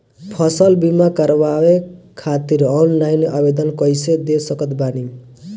फसल बीमा करवाए खातिर ऑनलाइन आवेदन कइसे दे सकत बानी?